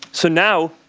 so now,